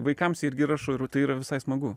vaikams irgi rašau ir tai yra visai smagu